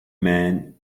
men